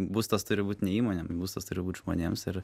būstas turi būt ne įmonėm būstas turi būt žmonėms ir